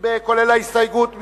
כולל ההסתייגות?